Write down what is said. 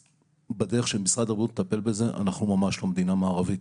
בדרך שמשרד הבריאות מטפל בזה אנחנו ממש לא מדינה מערבית.